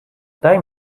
daj